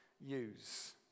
use